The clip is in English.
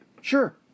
sure